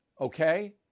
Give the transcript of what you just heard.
Okay